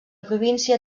província